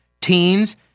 teens